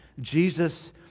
Jesus